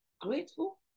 grateful